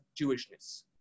Jewishness